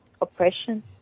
oppression